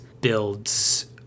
builds